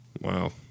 Wow